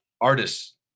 artists